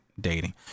dating